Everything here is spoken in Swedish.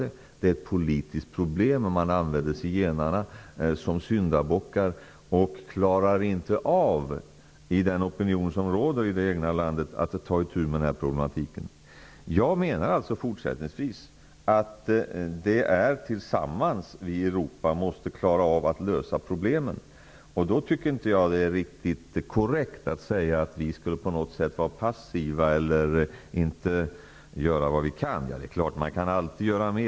Det är ett politiskt problem. Man använder zigenarna som syndabockar, och man klarar inte av att ta itu med den problematiken med den opinion som råder i det egna landet. Jag menar att vi i Europa fortsättningsvis måste klara av att lösa problemen tillsammans. Då är det inte riktigt korrekt att säga att vi på något sätt skulle vara passiva eller att vi inte gör vad vi kan. Det är klart att man alltid kan göra mer.